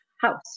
house